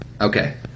Okay